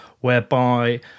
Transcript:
Whereby